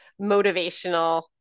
motivational